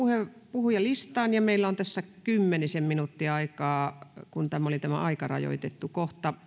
puhujalistaan ja meillä on tässä kymmenisen minuuttia aikaa kun tämä oli tämä aikarajoitettu kohta